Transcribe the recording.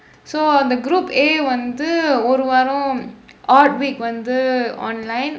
so அந்த:andtha group A வந்து ஒரு வாரம்:vandthu oru vaarum odd week வந்து:vandthu online